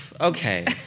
Okay